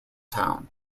town